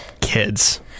kids